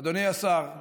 אדוני השר,